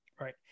Right